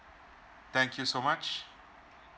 thank you so much